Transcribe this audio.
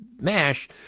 MASH